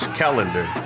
calendar